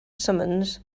summons